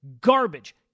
Garbage